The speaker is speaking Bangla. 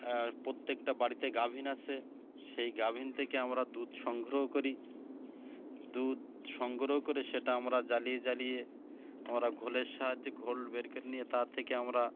প্রত্যেকটা বাড়িতে গাভিন আসে সেই গাভিন থেকে আমরা দুধ সংগ্রহ করি দুধ সংগ্রহ করে সেটা আমরা জ্বালিয়ে জ্বালিয়ে আমরা ঘোলের সাহায্যে ঘোল বের করে নিয়ে তার থেকে আমরা